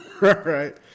right